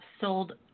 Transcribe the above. sold